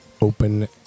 open